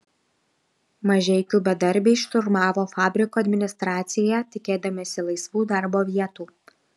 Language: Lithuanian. mažeikių bedarbiai šturmavo fabriko administraciją tikėdamiesi laisvų darbo vietų